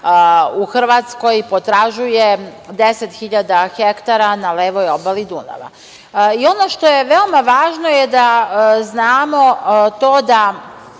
u Hrvatskoj potražuje 10 hiljada hektara na levoj obali Dunava. Ono što je veoma važno je da znamo to da